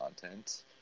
content